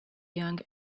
young